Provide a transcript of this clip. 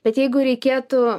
bet jeigu reikėtų